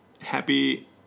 Happy